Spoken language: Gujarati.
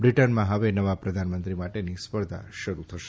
બ્રિટનમાં હવે નવા પ્રધાનમંત્રી માટેની સ્પર્ધા શરૂ થશે